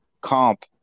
comp